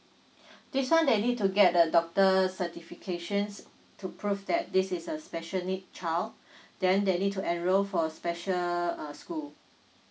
this one they need to get the doctor certifications to prove that this is a special needs child then they need to enroll for a special uh school